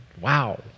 Wow